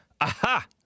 Aha